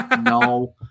No